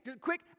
Quick